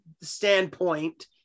standpoint